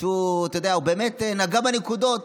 שהוא באמת נגע בנקודות.